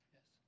Yes